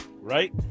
Right